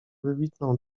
wybitną